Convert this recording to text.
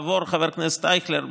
חבר הכנסת אייכלר,